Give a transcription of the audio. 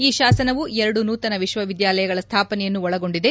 ಈ ಶಾಸನವು ಎರಡು ನೂತನ ವಿಶ್ವವಿದ್ಯಾಲಯಗಳ ಸ್ಥಾಪನೆಯನ್ನು ಒಳಗೊಂಡಿದೆ